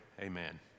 amen